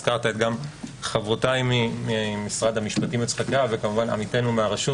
הזכרת את חברותיי ממשרד המשפטים ועמיתנו מהרשות